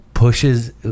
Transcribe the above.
Pushes